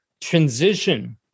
transition